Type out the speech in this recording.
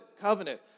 covenant